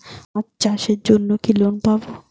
মাছ চাষের জন্য কি লোন পাব?